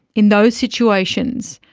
in those situations,